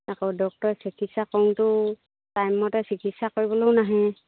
আকৌ ডক্টৰ চিকিৎসা কৰোঁতেও টাইমমতে চিকিৎসা কৰিবলৈও নাহে